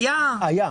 אני מדבר